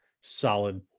solid